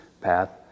path